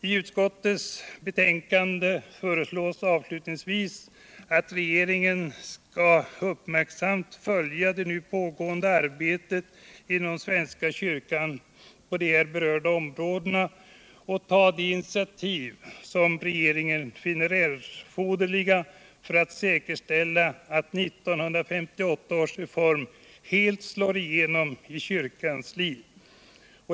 F utskottets betänkande föreslås avslutningsvis att regeringen skall uppmärksamt följa det nu pågående arbetet inom svenska kyrkan på här berörda områden och ta de initiativ som regeringen finner erforderliga för att säkerställa att 1958 års reform helt slår igenom i kyrkans liv.